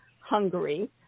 Hungary